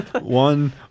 one